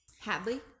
Hadley